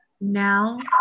Now